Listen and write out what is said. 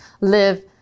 live